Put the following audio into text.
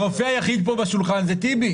הרופא היחיד פה בשולחן הוא טיבי.